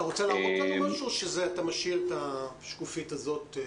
אתה רוצה להראות לנו משהו או שאתה משאיר את השקופית הזאת?